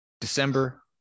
December